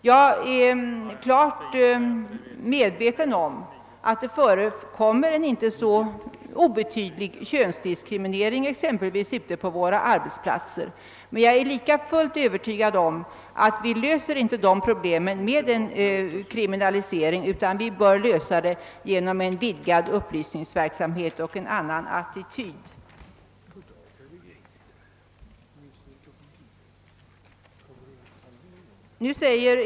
Jag är klart medveten om att det förekommer en inte så obetydlig könsdiskriminering, exempelvis ute på arbetsplatserna, men jag är lika fullt övertygad om att vi inte kan lösa dessa problem genom en kriminalisering; vi bör lösa dem genom en vidgad upplysningsverksamhet och en annan attityd.